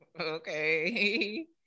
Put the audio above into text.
okay